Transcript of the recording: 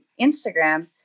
Instagram